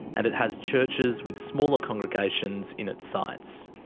and it has churches with smaller congregations in its sights.